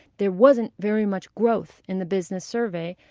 there wasn't very much growth in the business survey.